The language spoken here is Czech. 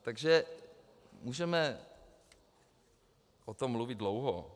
Takže můžeme o tom mluvit dlouho.